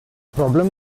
problem